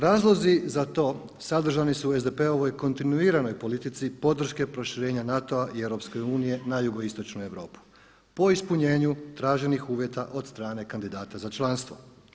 Razlozi za to sadržani su u SDP-ovoj kontinuiranoj politici podrške proširenja NATO-a i EU na Jugoistočnu Europu, po ispunjenju traženih uvjeta od strane kandidata za članstvo.